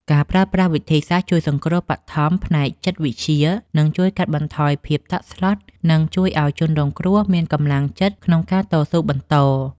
ការប្រើប្រាស់វិធីសាស្ត្រជួយសង្គ្រោះបឋមផ្នែកចិត្តវិទ្យានឹងជួយកាត់បន្ថយភាពតក់ស្លុត និងជួយឱ្យជនរងគ្រោះមានកម្លាំងចិត្តក្នុងការតស៊ូបន្ត។